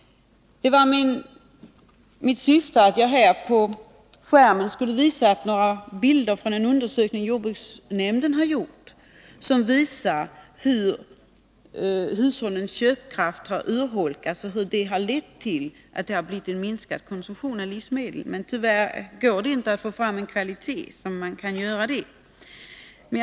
Min avsikt var att här på bildskärmen visa bilder från en undersökning som jordbruksnämnden har gjort och som visar hur hushållens köpkraft har urholkats och hur detta har lett till minskad konsumtion av livsmedel. Men tyvärr går det inte att få fram en godtagbar bildkvalitet på skärmen.